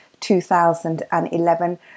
2011